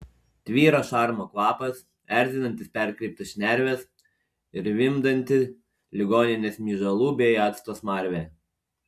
tvyro šarmo kvapas erzinantis perkreiptas šnerves ir vimdanti ligoninės myžalų bei acto smarvė